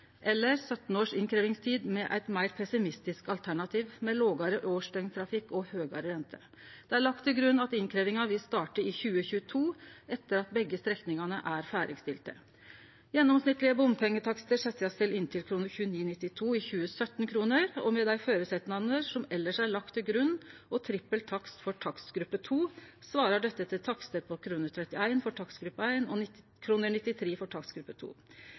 eller 17 års innkrevjingstid med eit meir pessimistisk alternativ med lågare årsdøgntrafikk og høgare rente. Det er lagt til grunn at innkrevjinga vil starte i 2022, etter at begge strekningane er ferdigstilte. Gjennomsnittlege bompengetakstar blir sett til inntil 29,92 i 2017-kroner. Med dei føresetnadene som elles er lagt til grunn, og trippel takst for takstgruppe 2, svarar dette til takstar på 31 kr for takstgruppe 1 og 93 kr for takstgruppe 2. I finansieringsopplegget er det lagt til grunn fritak for